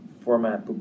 format